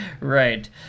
Right